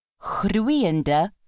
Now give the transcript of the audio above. Groeiende